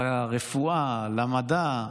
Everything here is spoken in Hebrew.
לרפואה, למדע.